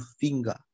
finger